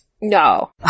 No